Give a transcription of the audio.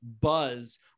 buzz